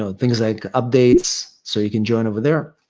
so things like updates. so, you can join over there.